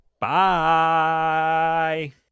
Bye